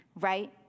Right